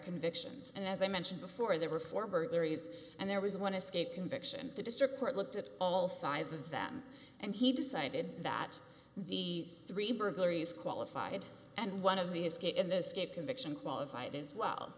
convictions and as i mentioned before there were four burglaries and there was one escape conviction the district court looked at all five of them and he decided that the three burglaries qualified and one of the escape in the state conviction qualified is well